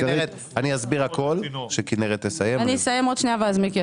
אחרי שכנרת תסיים את דבריה,